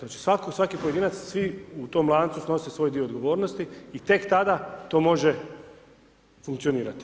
Znači, svaki pojedinac, svi u tom lancu snose svoj dio odgovornosti, i tek tada to može funkcionirati.